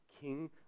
king